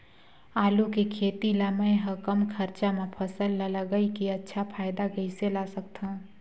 आलू के खेती ला मै ह कम खरचा मा फसल ला लगई के अच्छा फायदा कइसे ला सकथव?